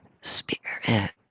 spirit